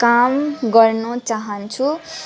काम गर्नु चाहान्छु